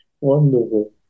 wonderful